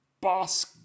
boss